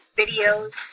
videos